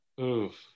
Oof